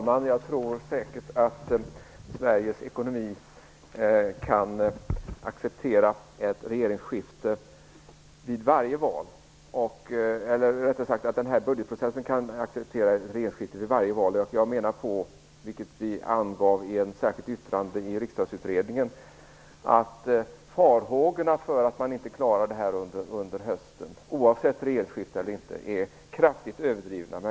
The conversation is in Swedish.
Herr talman! Jag tror säkert att budgetprocessen kan acceptera ett regeringsskifte vid varje val. Jag menar, vilket vi angav i ett särskilt yttrande till Riksdagsutredningen, att farhågorna för att man inte skall klara av budgetprocessen under hösten oavsett om det blir regeringsskifte eller inte är kraftigt överdrivna.